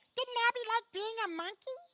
didn't abby like being a monkey?